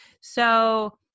So-